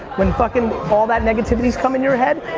when fucking, all that negativity's coming your head,